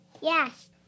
Yes